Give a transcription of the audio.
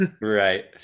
right